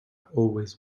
always